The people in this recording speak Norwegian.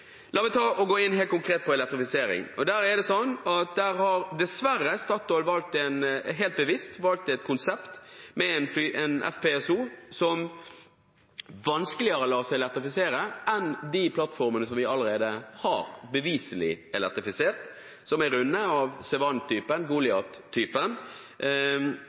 Der har dessverre Statoil – helt bevisst – valgt et konsept med en FPSO, som vanskeligere lar seg elektrifisere enn de plattformene som vi allerede beviselig har elektrifisert, som er runde, av